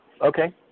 Okay